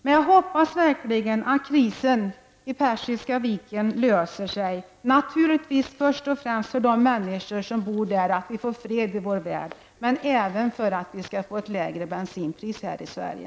Men jag hoppas verkligen att krisen vid Persiska viken löser sig, naturligtvis först och främst för de människor som bor där och att vi får fred i vår värld, men även för att vi skall få ett lägre bensinpris här i Sverige.